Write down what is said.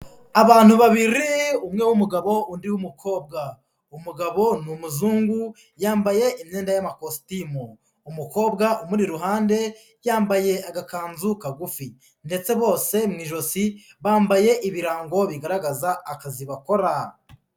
Abantu babiri umwe w'umugabo, undi w'umukobwa, umugabo n'umuzungu yambaye imyenda y'amakositimu, umukobwa umuri iruhande yambaye agakanzu kagufi ndetse bose mu ijosi bambaye ibirango bigaragaza akazi bakora.